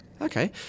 Okay